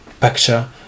picture